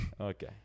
Okay